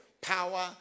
power